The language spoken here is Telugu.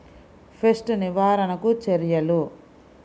పెస్ట్ నివారణకు చర్యలు?